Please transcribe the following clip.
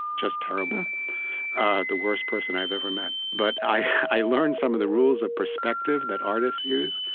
just terrible the worst person i've ever met. but i learned some of the rules of perspective that artists use,